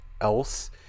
else